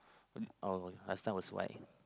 oh last time was white